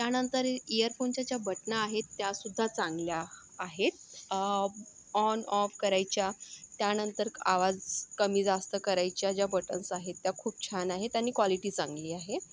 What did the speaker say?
त्यानंतर इयरफोनच्या ज्या बटना आहेत त्या सुद्धा चांगल्या आहेत ऑन ऑफ करायच्या त्यानंतर क् आवाज कमी जास्त करायच्या ज्या बटन्स आहेत त्या खूप छान आहेत आणि क्वालिटी चांगली आहे